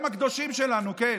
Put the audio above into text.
הם הקדושים שלנו, כן.